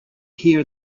here